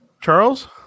Charles